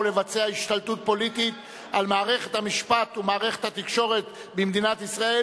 לבצע השתלטות פוליטית על מערכת המשפט ומערכת התקשורת במדינת ישראל,